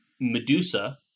Medusa